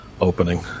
opening